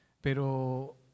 pero